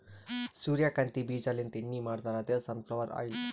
ಸೂರ್ಯಕಾಂತಿ ಬೀಜಾಲಿಂತ್ ಎಣ್ಣಿ ಮಾಡ್ತಾರ್ ಅದೇ ಸನ್ ಫ್ಲವರ್ ಆಯಿಲ್